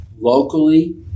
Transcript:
locally